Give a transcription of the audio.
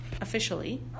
officially